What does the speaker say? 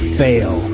fail